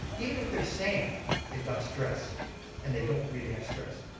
even if they're saying they've got stress and they don't really have stress.